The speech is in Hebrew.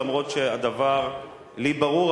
אף שהדבר לי ברור,